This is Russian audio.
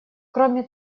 кроме